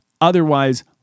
Otherwise